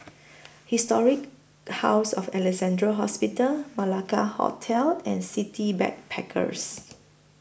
Historic House of Alexandra Hospital Malacca Hotel and City Backpackers